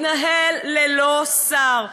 מתנהל ללא שר,